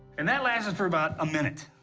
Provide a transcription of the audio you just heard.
and that lasted for about a minute,